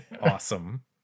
Awesome